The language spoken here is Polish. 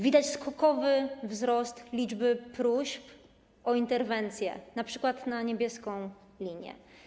Widać skokowy wzrost liczby próśb o interwencję, np. na „Niebieską linię”